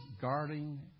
guarding